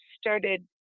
started